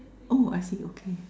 oh I see okay